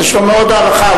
יש לו מאוד הערכה.